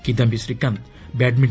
Kidambi Srikanth badminton